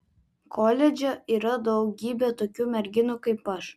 koledže yra daugybė tokių merginų kaip aš